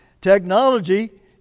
technology